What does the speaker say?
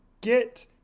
get